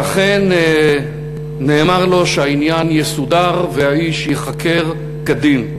ואכן נאמר לו שהעניין יסודר והאיש ייחקר כדין.